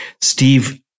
Steve